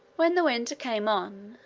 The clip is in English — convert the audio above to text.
when the winter came on,